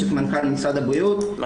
יש את מנכ"ל משרד הבריאות,